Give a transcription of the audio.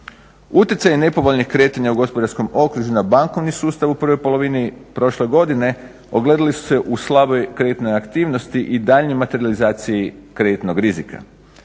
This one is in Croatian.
Utjecaj nepovoljnih kretanja u gospodarskom okružuju na bankovni sustav u prvoj polovini prošle godine ogledali su se u slabijoj kreditnoj aktivnoj i daljnjoj materijalizaciji kreditnog rizika.